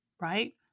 right